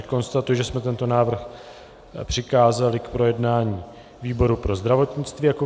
Konstatuji, že jsme tento návrh přikázali k projednání výboru pro zdravotnictví jako garančnímu.